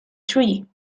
tree